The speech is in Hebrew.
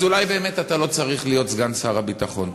אז אולי באמת אתה לא צריך להיות סגן שר הביטחון.